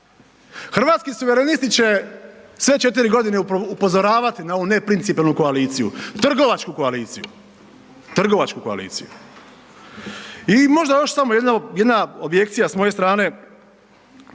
Hrvatski suverenist će sve četiri godine upozoravati na ovu neprincipijelnu koaliciju, trgovačku koaliciju. I možda još samo jedna objekcija s moje strane,